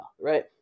right